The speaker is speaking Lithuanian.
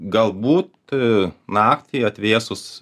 galbūt naktį atvėsus